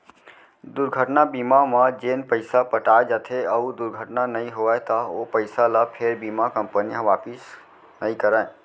दुरघटना बीमा म जेन पइसा पटाए जाथे अउ दुरघटना नइ होवय त ओ पइसा ल फेर बीमा कंपनी ह वापिस नइ करय